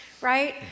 right